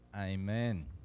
Amen